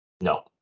No